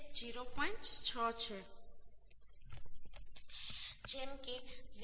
6 છે જેમ કે 0